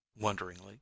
wonderingly